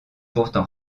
pourtant